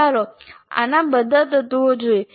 ચાલો આના બધા તત્વો જોઈએ